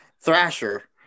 Thrasher